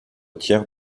tiers